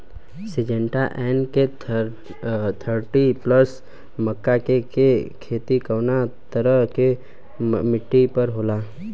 Syngenta NK thirty plus मक्का के के खेती कवना तरह के मिट्टी पर होला?